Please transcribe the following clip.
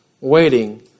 waiting